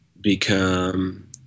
become